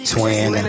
Twin